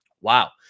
Wow